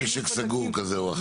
משק סגור כזה או אחר.